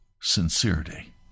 sincerity